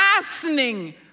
fastening